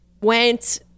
went